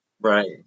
Right